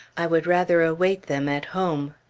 i would rather await them at home.